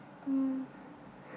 mm